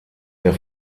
der